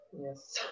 Yes